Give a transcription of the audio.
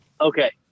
Okay